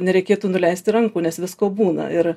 nereikėtų nuleisti rankų nes visko būna ir